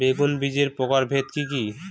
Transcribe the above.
বেগুন বীজের প্রকারভেদ কি কী?